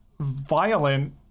violent